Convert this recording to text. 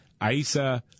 Aisa